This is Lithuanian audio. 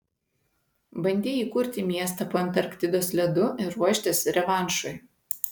bandei įkurti miestą po antarktidos ledu ir ruoštis revanšui